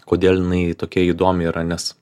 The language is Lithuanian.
kodėl jinai tokia įdomi yra nes